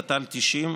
תת"ל 90,